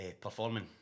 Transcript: performing